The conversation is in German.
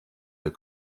herr